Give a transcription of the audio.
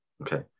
okay